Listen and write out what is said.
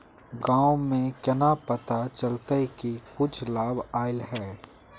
गाँव में केना पता चलता की कुछ लाभ आल है?